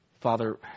Father